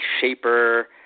shaper